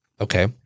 Okay